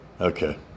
Okay